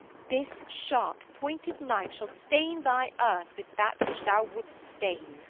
this sharp pointed knife shall stain thy earth with that which thou would stain,